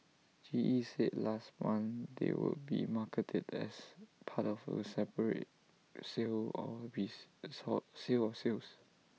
G E said last month they would be marketed as part of A separate sale or be sold sale or sales